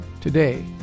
Today